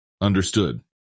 Understood